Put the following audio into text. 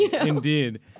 Indeed